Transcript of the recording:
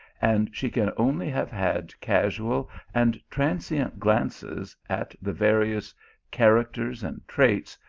and she can only have had casual and transient glances at the various characters and traits,